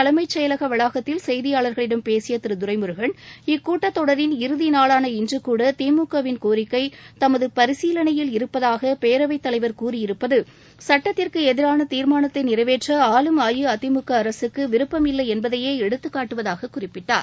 தலைமைச் செயலக வளாகத்தில் செய்தியாளர்களிடம் பேசிய திரு துரைமுருகன் பின்னர் இக்கூட்டத்தொடரின் இறுதி நாளாள இன்று கூட திமுக வின் கோரிக்கை தமது பரிசீலனையில் இருப்பதாக பேரவைத் தலைவர் கூறியிருப்பது சுட்டத்திற்கு எதிரான தீர்மானத்தை நிறைவேற்ற ஆளும் அஇஅதிமுக அரசுக்கு விருப்பம் இல்லை என்பதையே எடுத்துக்காட்டுவதாக குறிப்பிட்டார்